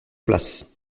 place